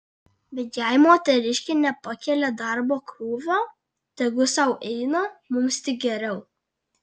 bet jei moteriškė nepakelia darbo krūvio tegu sau eina mums tik geriau